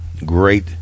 Great